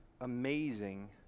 amazing